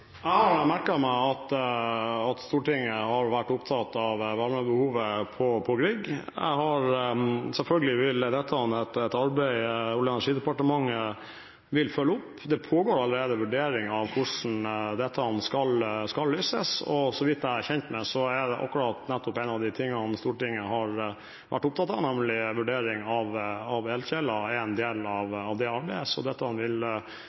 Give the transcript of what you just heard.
Jeg har merket meg at Stortinget har vært opptatt av varmebehovet på Grieg. Selvfølgelig er dette et arbeid Olje- og energidepartementet vil følge opp. Det pågår allerede vurderinger av hvordan dette skal løses, og så vidt jeg vet, er dette nettopp en av de tingene Stortinget har vært opptatt av, nemlig at vurdering av elkjeler er en del av det arbeidet. Så dette vil